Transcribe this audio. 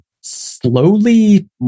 slowly